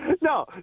No